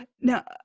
Now